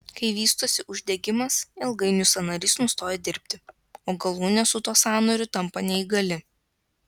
kai vystosi uždegimas ilgainiui sąnarys nustoja dirbti o galūnė su tuo sąnariu tampa neįgali